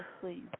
please